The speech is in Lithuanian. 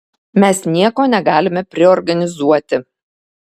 mes nieko negalime priorganizuoti